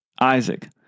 Isaac